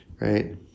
right